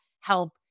help